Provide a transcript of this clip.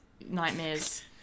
nightmares